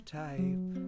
type